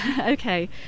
Okay